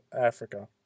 africa